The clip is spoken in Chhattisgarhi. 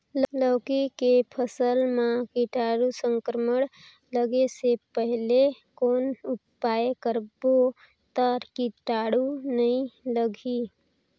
लौकी के फसल मां कीटाणु संक्रमण लगे से पहले कौन उपाय करबो ता कीटाणु नी लगही?